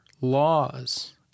laws